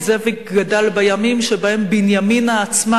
כי זאביק גדל בימים שבהם בנימינה עצמה